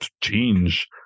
change